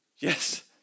Yes